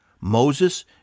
Moses